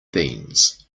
beans